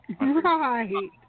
right